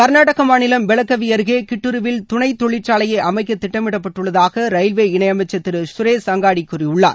கர்நாடக மாநிலம் பெலகவி அருகே கிட்டுருவில் துணை தொழிற்சாலையை அமைக்க திட்டமிடப்பட்டுள்ளதாக ரயில்வே இணையமைச்சர் திரு சுரேஷ் அங்காடி கூறியுள்ளார்